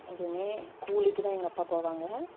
எதுவும் கூலிக்கு தான் எங்கள் அப்பா போவாங்க